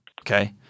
okay